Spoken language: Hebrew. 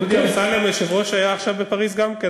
דודי אמסלם היושב-ראש היה עכשיו בפריז גם כן,